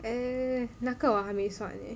err 那个我还没算 eh